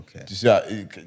okay